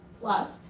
plus,